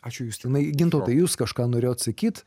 ačiū justinai gintautai jūs kažką norėjot pasakyt